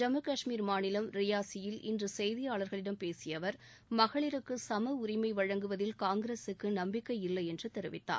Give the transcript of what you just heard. ஜம்மு கஷ்மீர் மாநிலம் ரியாசியில் இன்று செய்தியாளர்களிடம் பேசிய அவர் மகளிருக்கு சும உரிமை வழங்குவதில் காங்கிரசுக்கு நம்பிக்கை இல்லை என்று தெரிவித்தார்